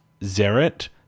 Zeret